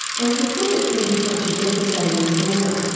and because it can be such a devastating disorder,